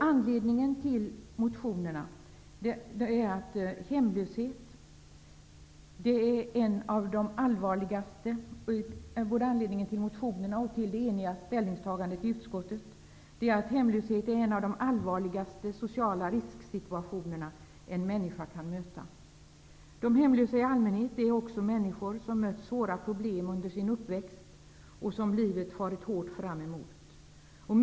Anledningen till motionerna och till det enhälliga ställningstagandet i utskottet är att hemlöshet är en av de allvarligaste sociala risksituationer en människa kan möta. De hemlösa är också i allmänhet människor som mött svåra problem under sin uppväxt och som livet farit hårt fram med.